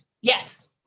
Yes